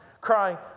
crying